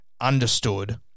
understood